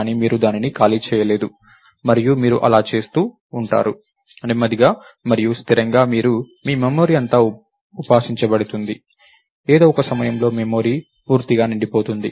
కానీ మీరు దానిని ఖాళీ చేయలేదు మరియు మీరు అలా చేస్తూ చేస్తూ ఉంటారు నెమ్మదిగా మరియు స్థిరంగా మీ మెమరీ అంతా ఉపాసించాంబడుతుంది ఏదో ఒక సమయంలో మీ మెమరీ పూర్తిగా నిండిపోతుంది